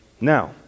Now